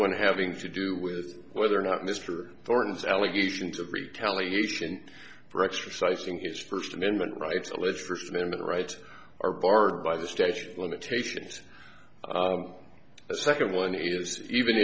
one having to do with whether or not mr thorne's allegations of retaliation for exercising his first amendment rights alleged first amendment rights are barred by the station limitations the second one is even